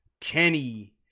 Kenny